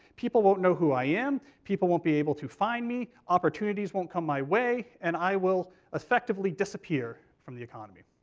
people won't know who i am, people won't be able to find me, opportunities won't come my way, and i will effectively disappear from the economy.